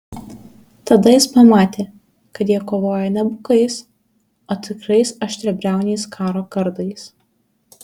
tada jis pamatė kad jie kovoja ne bukais o tikrais aštriabriauniais karo kardais